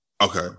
Okay